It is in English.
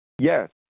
Yes